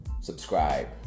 subscribe